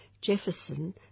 Jefferson